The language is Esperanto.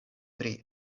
pri